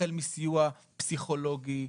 החל מסיוע פסיכולוגי,